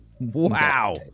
Wow